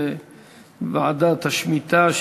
לוועדת השמיטה,